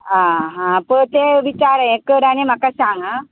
आं हां पळय तें विचार हें कर आनी म्हाका सांग आं